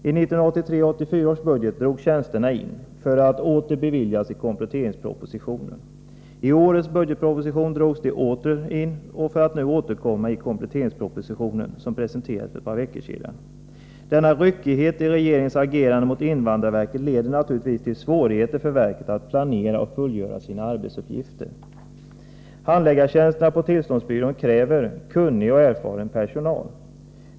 I 1983/84 års budget drogs tjänsterna in, för att sedan åter föreslås införda enligt kompletteringspropositionen. I årets budgetproposition drogs de åter in, och de har nu återkommit i den kompletteringsproposition, som presenterades för ett par veckor sedan. Denna ryckighet i regeringens agerande mot invandrarverket leder naturligtvis till svårigheter för verket att planera och fullgöra sina arbetsuppgifter. Handläggartjänsterna på tillståndsbyrån kräver kunnig och erfaren personal.